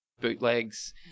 bootlegs